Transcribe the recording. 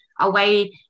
away